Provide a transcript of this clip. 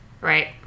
Right